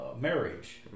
marriage